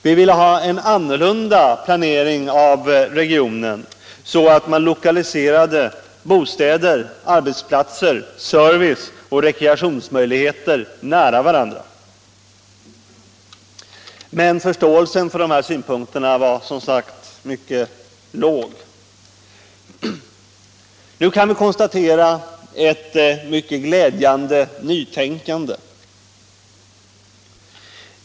Vi ville ha en annorlunda planering av regionen, så att man lokaliserade bostäder, arbetsplatser, service och rekreationsmöjligheter nära varandra, men graden av förståelse för de här synpunkterna var som sagt mycket låg. Nu kan vi konstatera ett mycket glädjande nytänkande.